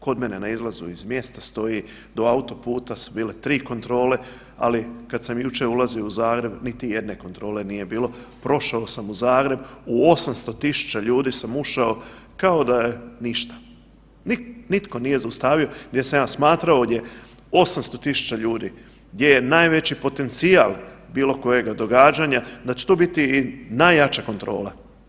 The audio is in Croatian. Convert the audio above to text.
Kod mene na izlazu iz mjesta stoji, do autoputa su bile 3 kontrole, ali kad sam jučer ulazio u Zagreb niti jedne kontrole nije bilo, prošao sam u Zagreb u 800 000 ljudi sam ušao kao da je ništa, nitko nije zaustavio gdje sam ja smatrao ovdje 800 000 ljudi, gdje je najveći potencijal bilo kojega događanja da će tu biti najjača kontrola.